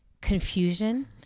confusion